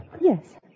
Yes